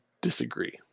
disagree